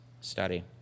study